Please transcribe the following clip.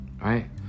Right